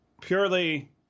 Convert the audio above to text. purely